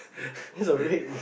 it's a ring